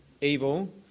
evil